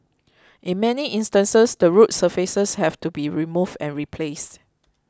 in many instances the road surfaces have to be removed and replaced